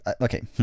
okay